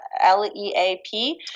L-E-A-P